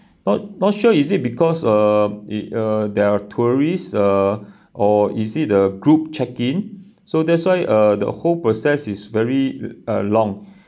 not not sure is it because uh it uh there are tourists uh or is it the group check-in so that's why uh the whole process is very uh long